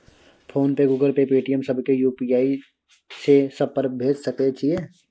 Phone पे, Google Pay, Paytm, सब के UPI से सब पर भेज सके छीयै?